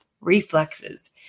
reflexes